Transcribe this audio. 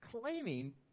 claiming